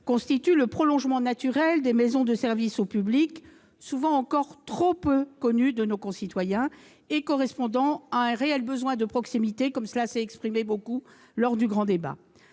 constituent le prolongement naturel des maisons de services au public, souvent encore trop peu connues de nos concitoyens et qui correspondent à un réel besoin de proximité, largement exprimé lors du grand débat.